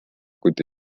kuid